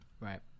Right